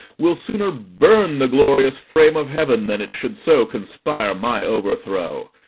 will sooner burn the glorious frame of heaven than it should so conspire my overthrow.